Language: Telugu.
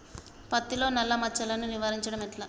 పత్తిలో నల్లా మచ్చలను నివారించడం ఎట్లా?